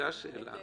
זו השאלה.